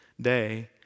day